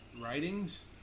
writings